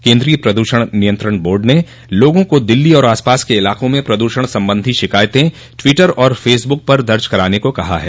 केन्द्रीय प्रद्षण नियंत्रण बोर्ड ने लोगों को दिल्ली और आसपास के इलाकों में प्रदूषण संबंधी शिकायतें ट्विटर और फेसबुक पर दर्ज कराने को कहा है